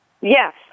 yes